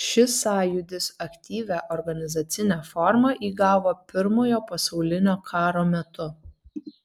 šis sąjūdis aktyvią organizacinę formą įgavo pirmojo pasaulinio karo metu